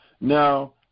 Now